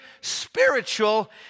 spiritual